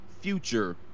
future